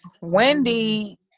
Wendy